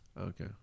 Okay